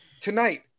tonight